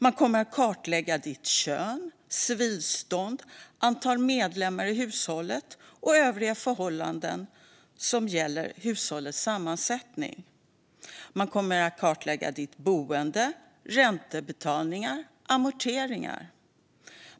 Man kommer att kartlägga ditt kön och civilstånd, antal medlemmar i hushållet och övriga förhållanden som gäller hushållets sammansättning. Man kommer att kartlägga ditt boende och dina räntebetalningar och amorteringar.